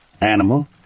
Animal